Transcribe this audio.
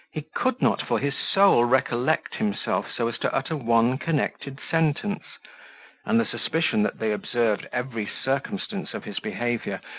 he could not for his soul recollect himself so as to utter one connected sentence and the suspicion that they observed every circumstance of his behaviour,